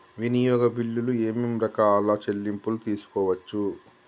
వినియోగ బిల్లులు ఏమేం రకాల చెల్లింపులు తీసుకోవచ్చు?